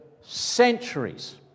centuries